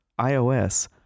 iOS